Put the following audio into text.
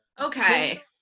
Okay